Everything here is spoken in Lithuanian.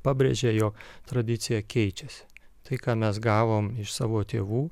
pabrėžia jog tradicija keičiasi tai ką mes gavom iš savo tėvų